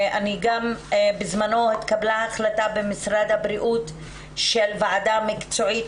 בזמנו התקבלה החלטה במשרד הבריאות של ועדה מקצועית,